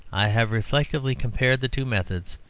i have reflectively compared the two methods,